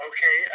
Okay